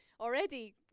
already